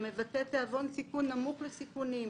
מבטא תיאבון סיכון נמוך לסיכונים.